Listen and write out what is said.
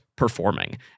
performing